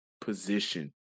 position